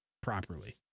Properly